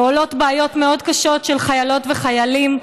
ועולות בעיות מאוד קשות של חיילות וחיילים,